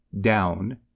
down